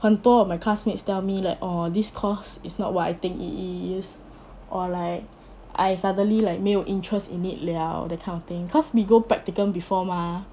很多 of my classmates tell me like orh this course is not what I think it is or like I suddenly like 没有 interest in it 了 that kind of thing cause we go practicum before mah